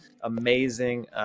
amazing